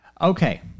Okay